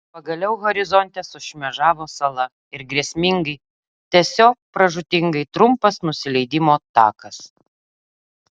pagaliau horizonte sušmėžavo sala ir grėsmingai tiesiog pražūtingai trumpas nusileidimo takas